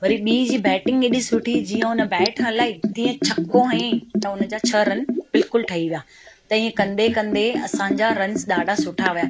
वरी ॿी जी बैटिंग एॾी सुठी जीअं हुन बैट हलाई तीअं छको हयईं त हुन जा छह रन बिल्कुलु ठही विया त हीअं कंदे कंदे असांजा रन्स ॾाढा सुठा विया